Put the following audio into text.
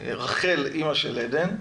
רחל דדון, אמא של עדן.